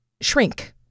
shrink